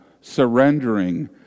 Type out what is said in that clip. surrendering